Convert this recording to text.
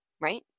Right